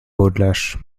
beaudeloche